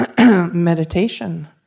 meditation